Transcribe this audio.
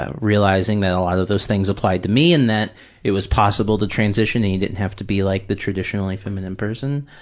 ah realizing that a lot of those things applied to me and that it was possible to transition and you didn't have to be like the traditionally feminine person.